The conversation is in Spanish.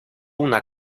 una